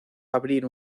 abrir